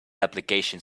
application